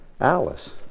Alice